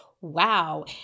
wow